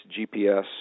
GPS